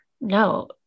no